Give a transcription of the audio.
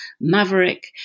maverick